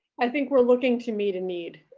i think we're looking to meet a need,